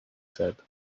said